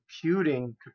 computing